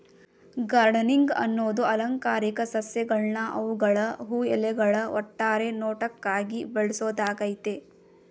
gardening ಅನ್ನದು ಅಲಂಕಾರಿಕ ಸಸ್ಯಗಳ್ನ ಅವ್ಗಳ ಹೂ ಎಲೆಗಳ ಒಟ್ಟಾರೆ ನೋಟಕ್ಕಾಗಿ ಬೆಳ್ಸೋದಾಗಯ್ತೆ